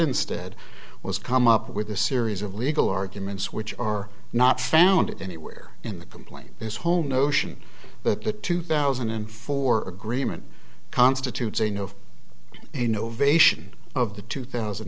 instead was come up with a series of legal arguments which are not found anywhere in the complaint this whole notion that the two thousand and four agreement constitutes a new innovation of the two thousand